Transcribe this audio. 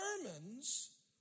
determines